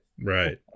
Right